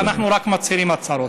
שאנחנו רק מצהירים הצהרות?